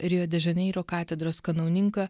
rio de žaneiro katedros kanauninką